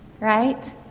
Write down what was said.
Right